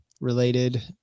related